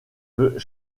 the